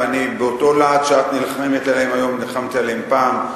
ואני באותו להט שאת נלחמת עליהן היום נלחמתי עליהן פעם,